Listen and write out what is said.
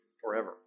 forever